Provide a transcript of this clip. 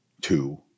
two